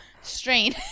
Strain